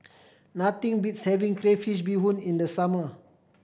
nothing beats having crayfish beehoon in the summer